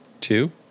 two